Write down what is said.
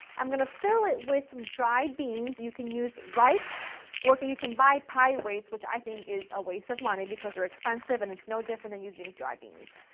i'm going to fill it with some dry beans, you can use rice or you can buy pie weights, which i think is a waste of money because they're expensive and it's no different than using dry beans.